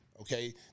Okay